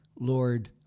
Lord